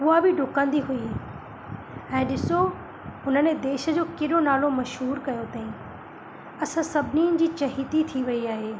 उहो बि ॾुकंदी हुई ऐं ॾिसो उन्हनि देश जो केॾो नालो मशहूरु कयो अथई असां सभिनीनि जी चहेती थी वई आहे